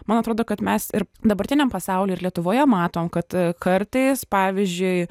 man atrodo kad mes ir dabartiniam pasauly ir lietuvoje matom kad kartais pavyzdžiui